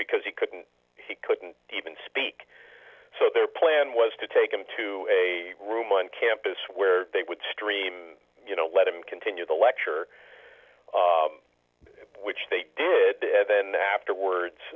because he couldn't he couldn't even speak so their plan was to take him to a room on campus where they would stream you know let him continue the lecture which they did then